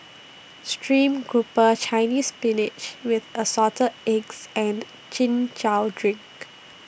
Stream Grouper Chinese Spinach with Assorted Eggs and Chin Chow Drink